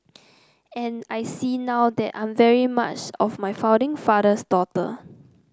and I see now that I'm very much of my founding father's daughter